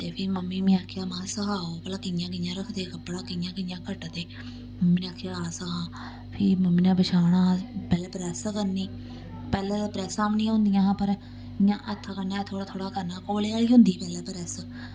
ते फ्ही मम्मी में मीं आखेआ मह सखाओ भला कि'यां कि'यां रखदे कपड़ा कि'यां कि'यां कट्टदे मम्मी ने आखेआ आ सखा फ्ही मम्मी ने बछाना पैह्लें प्रैस करनी पैह्लें प्रैस्सां बी नेईं होंदियां हियां पर इ'यां हत्था कन्नै थोह्ड़ा थोह्ड़ा करना कोले आह्ली होंदी ही पैह्लें प्रैस